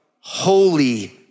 holy